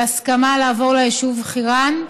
על הסכמה לעבור ליישוב חירן.